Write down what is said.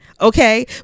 Okay